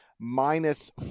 minus